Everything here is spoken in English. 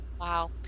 Wow